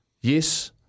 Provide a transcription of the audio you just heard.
yes